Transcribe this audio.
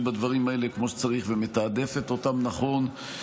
בדברים האלה כמו שצריך ומתעדפת אותם נכון,